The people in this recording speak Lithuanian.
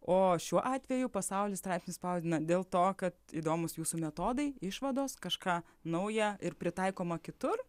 o šiuo atveju pasaulis straipsnius spausdina dėl to kad įdomūs jūsų metodai išvados kažką nauja ir pritaikoma kitur